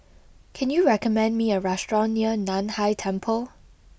can you recommend me a restaurant near Nan Hai Temple